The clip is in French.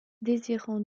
désirant